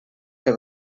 que